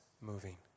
moving